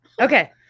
okay